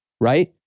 right